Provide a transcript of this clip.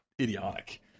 idiotic